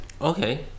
Okay